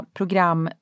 program